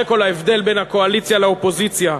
זה כל ההבדל בין הקואליציה לאופוזיציה.